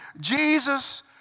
Jesus